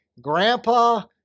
Grandpa